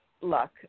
luck